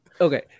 okay